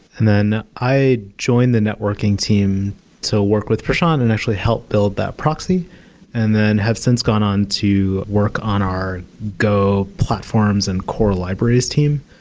and then i joined the networking team to work with prashant and actually help build that proxy and then have since gone on to work on our go platforms and core libraries team.